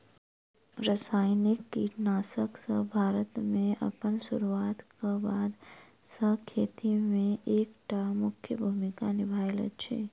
रासायनिक कीटनासकसब भारत मे अप्पन सुरुआत क बाद सँ खेती मे एक टा मुख्य भूमिका निभायल अछि